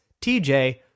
TJ